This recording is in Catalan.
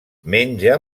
menja